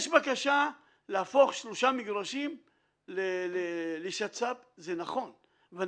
יש בקשה להפוך שלושה מגרשים לשצ"פ, זה נכון.